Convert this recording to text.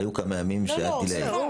היו כמה ימים שהיו איחור.